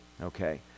okay